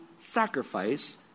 sacrifice